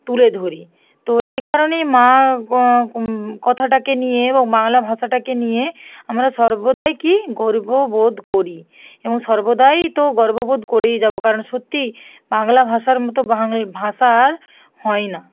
তুলে ধরি তো এ কারণেই মা কথাটাকে নিয়ে এবং বাংলা ভাষাটাকে নিয়ে আমরা সর্বদাই কি গর্ববোধ করি এবং সর্বদাই তো গর্ববোধ করেই যাবো কারণ সত্যিই বাংলা ভাষার মতো ভাষা আর হয় না